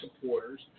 supporters